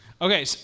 Okay